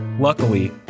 Luckily